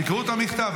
שיקראו את המכתב.